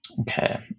Okay